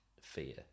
fear